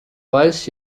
weiß